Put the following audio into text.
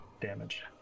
damage